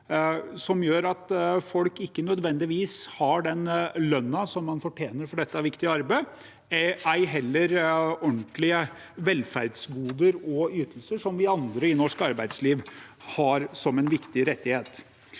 som gjør at folk ikke nødvendigvis har den lønnen som de fortjener for dette viktige arbeidet, ei heller ordentlige velferdsgoder og ytelser som vi andre i norsk arbeidsliv har som en viktig rettighet.